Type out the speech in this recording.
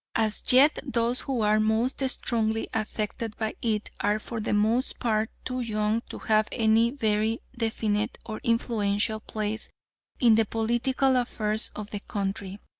as yet those who are most strongly affected by it are for the most part too young to have any very definite or influential place in the political affairs of the country,